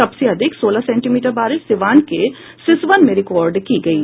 सबसे अधिक सोलह सेंटीमीटर बारिश सीवान के सिसवन में रिकार्ड की गयी